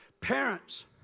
Parents